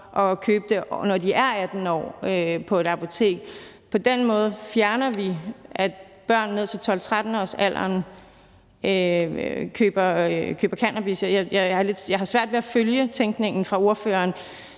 et apotek, når de er 18 år. På den måde gør vi, at børn ned til 12-13-årsalderen ikke køber cannabis. Jeg har svært ved at følge tænkningen fra ordføreren.